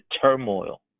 turmoil